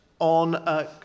on